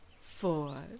four